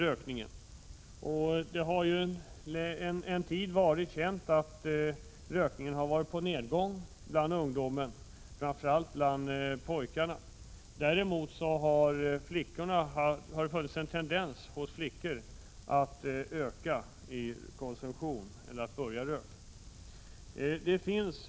En tid har det varit känt att rökningen har minskat bland ungdomarna, framför allt bland pojkarna. Däremot har det när det gäller flickorna funnits en tendens till en ökning av konsumtionen, eller till att flickor i ökad grad börjar röka.